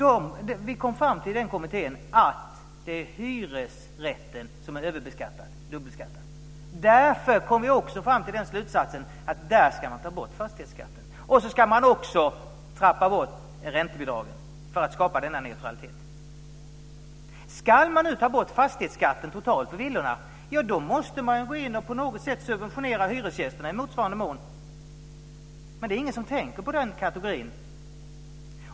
I den kommittén kom vi fram till att det är hyresrätten som är överbeskattad. Därför kom vi också fram till att det är där man ska ta bort fastighetsskatten. Man kan man också trappa bort räntebidragen för att skapa denna neutralitet. Ska man nu ta bort fastighetsskatten på villorna totalt, då måste man på något sätt gå in och subventionera hyresgästerna i motsvarande mån. Men det är ingen som tänker på den kategorin.